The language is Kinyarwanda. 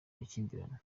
amakimbirane